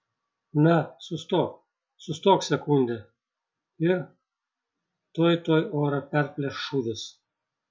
na sustok sustok sekundę ir tuoj tuoj orą perplėš šūvis